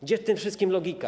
Gdzie w tym wszystkim logika?